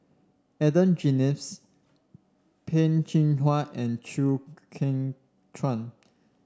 Adan Jimenez Peh Chin Hua and Chew Kheng Chuan